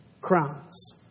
crowns